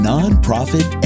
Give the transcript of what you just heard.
Nonprofit